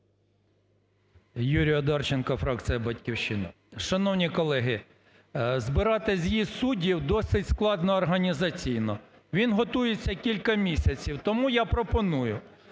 Юрій Одарченко, фракція "Батьківщина". Шановні колеги, збирати з'їзд суддів досить складно організаційно. Він готується кілька місяців. Тому я пропоную